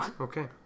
Okay